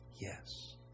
Yes